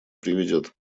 приведет